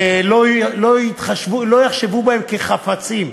לא יחשבו שהם כחפצים.